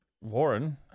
Warren